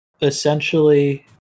essentially